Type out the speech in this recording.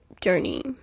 journey